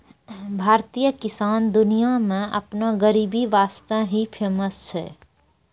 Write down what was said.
भारतीय किसान दुनिया मॅ आपनो गरीबी वास्तॅ ही फेमस छै